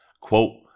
Quote